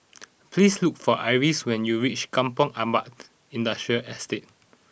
please look for Iris when you reach Kampong Ampat Industrial Estate